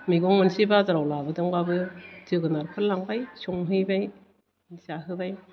गं मोनसे बाजाराव लाबोदोंबाबो जोगोनारफोर लांबाय संहैबाय जाहोबाय